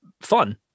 fun